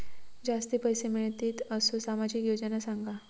जास्ती पैशे मिळतील असो सामाजिक योजना सांगा?